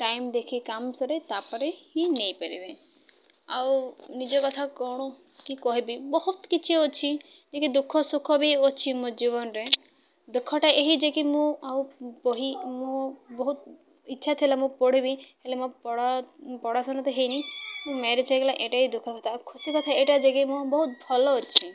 time ଦେଖି କାମ ସରେ ତାପରେ ହିଁ ନେଇପାରିବେ ଆଉ ନିଜ କଥା କ'ଣ କହିବି ବହୁତ କିଛି ଅଛି ଯେ କିି ଦୁଃଖ ସୁଖ ବି ଅଛି ମୋ ଜୀବନରେ ଦୁଃଖଟା ଏହି ଯେ କି ମୁଁ ଆଉ ବହି ମଁ ବହୁତ ଇଚ୍ଛା ଥିଲା ମୁଁ ପଢ଼ିବି ହେଲେ ମୋ ପଢ଼ାଶୁଣା ତ ହେଇନି ମୁଁ ମ୍ୟାରେଜ ହୋଇଗଲା ଏଇଟା ହି ଦୁଃଖ କଥା ଆଉ ଖୁସି କଥା ଏଇଟା ଯେକି ମୁଁ ବହୁତ ଭଲ ଅଛି